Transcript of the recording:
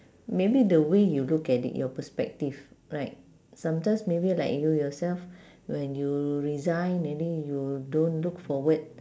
maybe the way you look at it your perspective right sometimes maybe like you yourself when you resign maybe you don't look forward